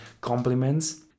compliments